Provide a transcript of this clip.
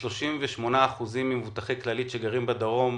ש-38% ממבוטחי כללית שגרים בדרום,